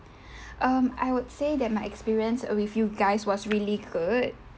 um I would say that my experience with you guys was really good